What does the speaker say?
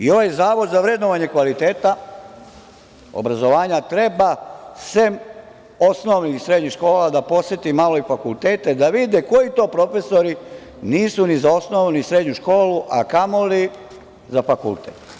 Ovaj Zavod za vrednovanje kvaliteta obrazovanja treba, sem osnovnih i srednjih škola, da poseti malo i fakultete, da vide koji to profesori nisu ni za osnovnu, ni srednju školu, a kamoli za fakultet.